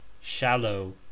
shallow